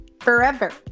forever